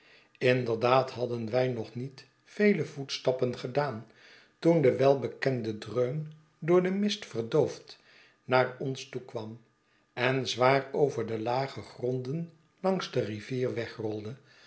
inderdaad hadden wij nog niet velevoetstappen gedaan toen de welbekende dreun door den mist verdoofd naar ons toe kwam en zwaar over de lage gronden langs de rivier